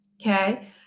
okay